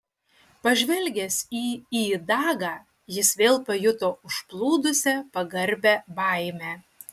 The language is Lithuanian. pažvelgęs į įdagą jis vėl pajuto užplūdusią pagarbią baimę